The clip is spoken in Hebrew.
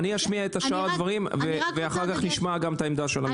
אני אשמיע את שאר הדברים ואחר כך נשמע גם את העמדה של המשרד.